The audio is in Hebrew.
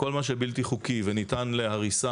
כל מה שבלתי חוקי וניתן להריסה